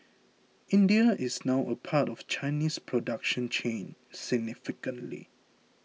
India is now a part of the Chinese production chain significantly